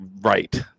right